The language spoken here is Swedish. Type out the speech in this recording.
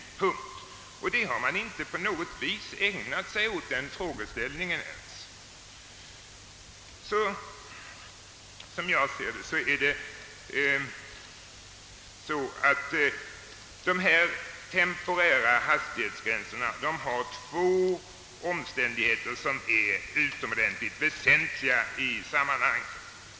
Den frågeställningen har man inte på något sätt ägnat uppmärksamhet. Som jag ser det är det, när det gäller de temporära hastighetsgränserna, två omständigheter som är utomordentligt väsentliga i sammanhanget.